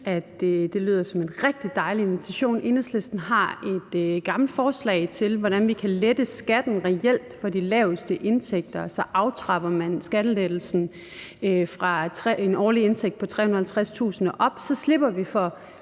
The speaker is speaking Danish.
det lyder som en rigtig dejlig invitation. Enhedslisten har et gammelt forslag til, hvordan vi reelt kan lette skatten for de laveste indtægter, således at man aftrapper skattelettelsen fra en årlig indtægt på 350.000 kr. og opefter. Så slipper vi for